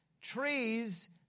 Trees